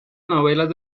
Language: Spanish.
novelas